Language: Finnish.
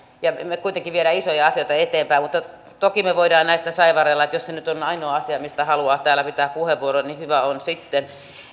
ja me kuitenkin viemme isoja asioita eteenpäin mutta toki me voimme näistä saivarrella ja jos se nyt on ainoa asia mistä haluaa täällä pitää puheenvuoron niin hyvä on sitten